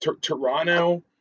Toronto